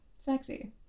Sexy